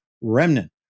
Remnant